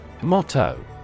Motto